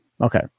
Okay